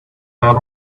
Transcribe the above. out